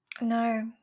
No